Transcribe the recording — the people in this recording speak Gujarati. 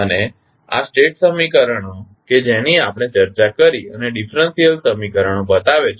અને આ સ્ટેટ સમીકરણો કે જેની આપણે ચર્ચા કરી અને ડીફરન્સીયલ સમીકરણો બતાવે છે